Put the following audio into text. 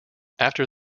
after